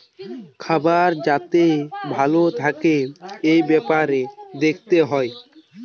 খাবার যাতে ভালো থাকে এই বেপারে দেখতে হয়